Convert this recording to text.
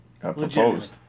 proposed